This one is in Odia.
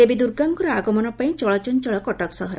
ଦେବୀ ଦୁର୍ଗାଙ୍କ ଆଗମନ ପାଇଁ ଚଳଚଞଳ କଟକ ସହର